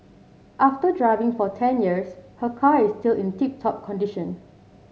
after driving for ten years her car is still in tip top condition